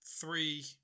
three